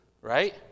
right